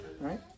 right